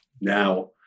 now